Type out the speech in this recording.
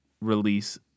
release